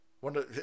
wonder